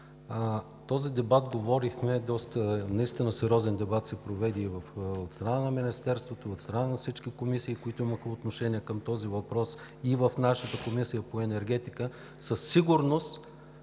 този дебат го водихме. Наистина сериозен дебат се проведе и от страна на Министерството, и от страна на всички комисии, които имаха отношение към този въпрос, и в нашата Комисия по енергетика. Със сигурност